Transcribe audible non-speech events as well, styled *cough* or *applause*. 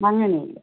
*unintelligible*